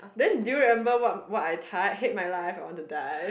then do you remember what what I typed what I hate my life I want to die